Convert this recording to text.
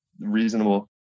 reasonable